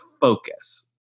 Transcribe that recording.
focus